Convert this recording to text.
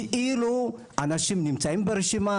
כאילו אנשים נמצאים ברשימה,